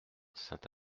saint